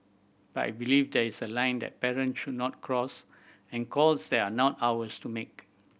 but I believe there is a line that parents should not cross and calls they are not ours to make